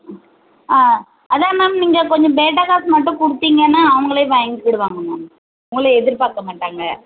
ஆ அதுதான் மேம் நீங்கள் கொஞ்சம் பேட்டா காசு மட்டும் கொடுத்திங்கன்னா அவர்களே வாங்கிக்கிடுவாங்க மேம் உங்களை எதிர்பார்க்க மாட்டாங்க